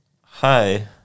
Hi